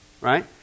Right